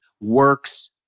works